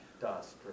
dust